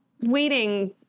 waiting